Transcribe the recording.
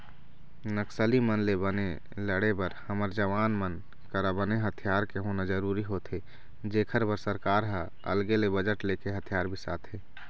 नक्सली मन ले बने लड़े बर हमर जवान मन करा बने हथियार के होना जरुरी होथे जेखर बर सरकार ह अलगे ले बजट लेके हथियार बिसाथे